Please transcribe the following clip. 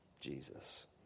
Jesus